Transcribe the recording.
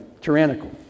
tyrannical